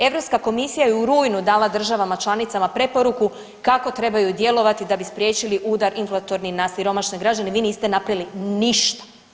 Europska komisija je u rujnu dala državama članicama preporuku kako trebaju djelovati da bi spriječili udar inflatorni na siromašne građane, vi niste napravili ništa.